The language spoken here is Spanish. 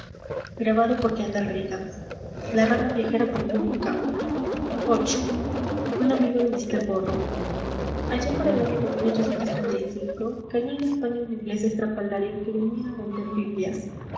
viii un amigo de mister borrow allá por el año de cayó en españa un inglés estrafalario que venía a vender